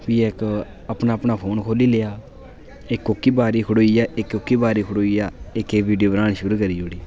फ्ही इक अपना अपना फोन खोह्ल्ली लेआ इक ओह्की बारी च खड़ोई गेआ इक ओह्की बारी च खड़ोई गेआ इक इक वीडियो बनाना शुरू करी ओड़ी